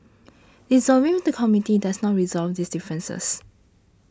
dissolving the Committee does not resolve these differences